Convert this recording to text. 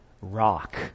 rock